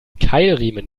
keilriemen